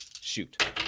shoot